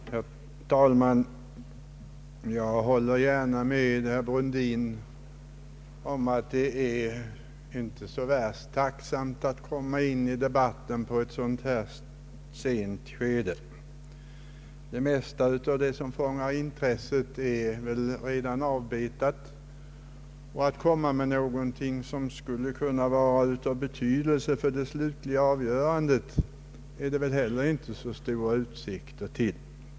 Herr talman! Jag håller herr Brundin om att det inte är så värst tacksamt att komma in i debatten i ett så här sent skede. Det mesta som fångar intresset är väl redan avbetat, och att komma med någonting som skulle kunna vara av betydelse för det slutliga avgörandet är det väl heller inte så stora utsikter till.